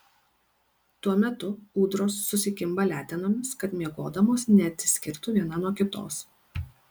tuo metu ūdros susikimba letenomis kad miegodamos neatsiskirtų viena nuo kitos